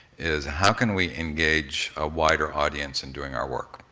is how can we engage a wider audience in doing our work?